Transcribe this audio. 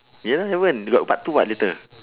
ya haven't they got part two [what] later